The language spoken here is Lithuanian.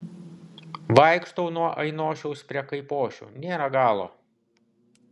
vaikštau nuo ainošiaus pas kaipošių nėra galo